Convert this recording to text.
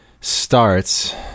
starts